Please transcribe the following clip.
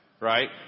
right